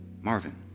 Marvin